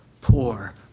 poor